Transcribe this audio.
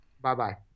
Bye-bye